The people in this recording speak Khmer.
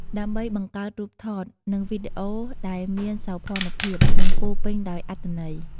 ដើម្បីបង្កើតរូបថត និងវីដេអូដែលមានសោភ័ណភាព និងពោរពេញដោយអត្ថន័យ។